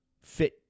fit